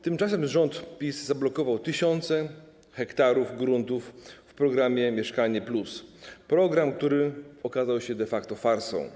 Tymczasem rząd PiS zablokował tysiące hektarów gruntów w programie „Mieszkanie+”, który okazał się de facto farsą.